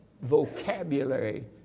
vocabulary